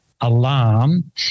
alarm